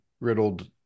riddled